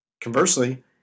conversely